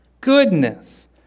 goodness